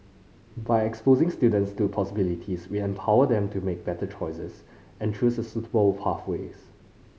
by exposing students to possibilities we empower them to make better choices and choose suitable pathways